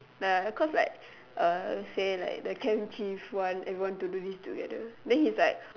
like cause like uh say like the camp chief want everyone to do this together then he is like